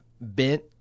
bent